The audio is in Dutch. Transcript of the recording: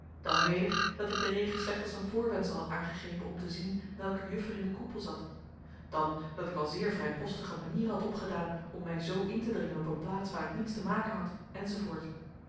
dan weder dat ik den regen slechts als een voorwendsel had aangegrepen om te zien welke juffer in den koepel zat dan dat ik al zeer vrijpostige manieren had opgedaan om mij zoo in te dringen op een plaats waar ik niets te maken had